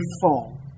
fall